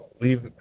leave